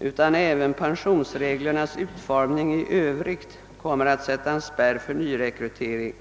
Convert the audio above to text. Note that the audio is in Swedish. utan även pensionsreglernas utformning i övrigt kommer att sätta en spärr för nyrekryteringen.